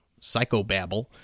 psychobabble